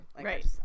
Right